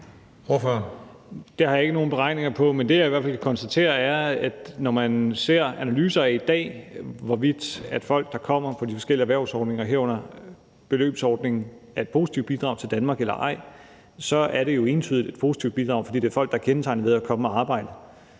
Det har jeg ikke nogen beregninger på, men det, jeg i hvert fald kan konstatere, er, at når man i dag ser analyser af, hvorvidt folk, der kommer på de forskellige erhvervsordninger, herunder beløbsordningen, er et positivt bidrag til Danmark eller ej, så er det jo entydigt et positivt bidrag, for det er folk, der er kendetegnet ved, at de kommer og arbejder.